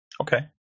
Okay